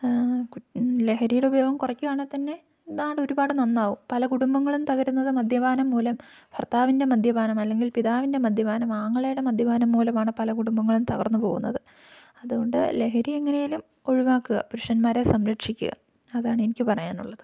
ലഹരിയുടെ ഉപയോഗം കുറയ്ക്കുകയാണെങ്കില്ത്തന്നെ നാടൊരുപാട് നന്നാവും പല കുടുംബങ്ങളും തകരുന്നത് മദ്യപാനം മൂലം ഭർത്താവിൻ്റെ മദ്യപാനം അല്ലെങ്കിൽ പിതാവിൻ്റെ മദ്യപാനം ആങ്ങളയുടെ മദ്യപാനം മൂലമാണ് പല കുടുംബങ്ങളും തകർന്നുപോവുന്നത് അതുകൊണ്ട് ലഹരിയെങ്ങനേലും ഒഴിവാക്കുക പുരുഷൻമാരെ സംരക്ഷിക്കുക അതാണെനിക്കു പറയാനുള്ളത്